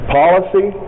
policy